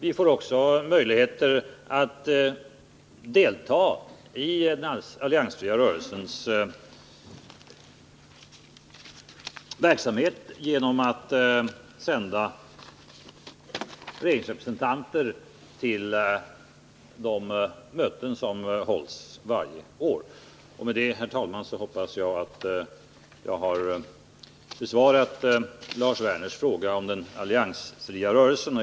Vi får också möjligheter att delta i den alliansfria rörelsens verksamhet eftersom vi inbjuds till de möten som hålls varje år. Med detta, herr talman, hoppas jag att jag har besvarat Lars Werners fråga om den alliansfria rörelsen.